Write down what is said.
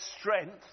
strength